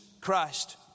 Christ